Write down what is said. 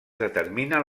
determina